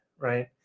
Right